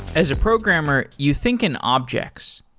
as a programmer, you think in objects.